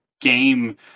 game